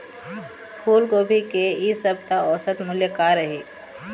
फूलगोभी के इ सप्ता औसत मूल्य का रही?